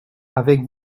avec